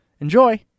Enjoy